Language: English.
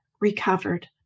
recovered